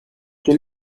quel